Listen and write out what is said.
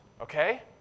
okay